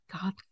God